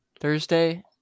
Thursday